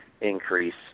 increase